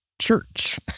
church